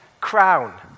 crown